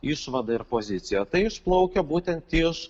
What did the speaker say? išvada ir pozicija tai išplaukia būtent iš